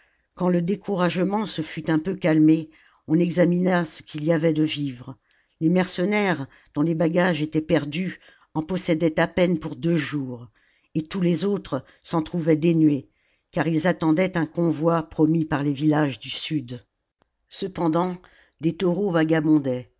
quand le découragement se fut un peu calmé on examina ce qu'il y avait de vivres les mercenaires dont les bagages étaient perdus en possédaient à peine pour deux jours et tous les autres s'en trouvaient dénués car ils attendaient un convoi promis par les villages du sud cependant des taureaux vagabondaient